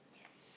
yes